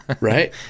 right